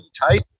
tight